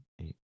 eight